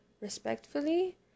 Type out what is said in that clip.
respectfully